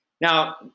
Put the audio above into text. Now